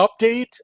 update